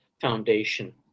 foundation